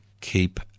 keep